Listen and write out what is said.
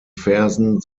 versen